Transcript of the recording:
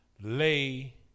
lay